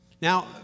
Now